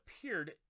appeared